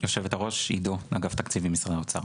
גברתי יושבת-הראש, אשמח להתייחס גם, ממשרד האוצר.